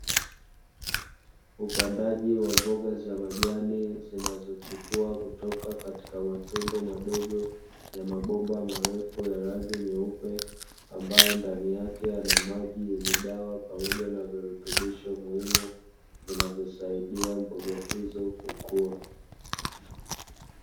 Upandaji wa mboga za majani zinazochipua kutoka katika matundu madogo ya mabomba marefu ya rangi nyeupe, ambayo ndani yake yana maji yenye dawa pamoja na virutubisho muhimu, vinavyosaidia mboga hizo kukua.